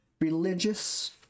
religious